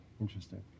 interesting